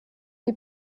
die